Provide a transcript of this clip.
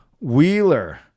Wheeler